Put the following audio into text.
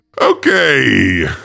Okay